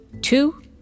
Two